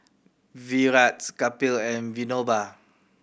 Virat Kapil and Vinoba